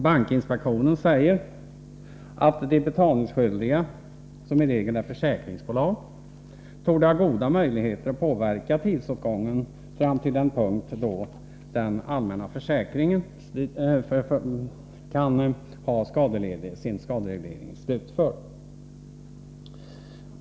Bankinspektionen säger att de betalningsskyldiga, som i regel är försäkringsbolag, torde ha goda möjligheter att påverka tidsåtgången fram till den punkt då den allmänna försäkringens del av skaderegleringen är slutförd.